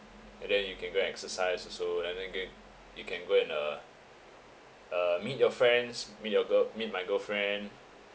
and then you can go exercise also and then you can you can go and uh uh meet your friends meet your girl meet my girlfriend